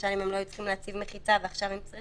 למשל אם הוא לא היה צריך להתקין מחיצה ועכשיו הוא צריך,